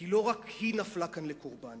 כי לא רק היא נפלה כאן קורבן.